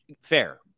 fair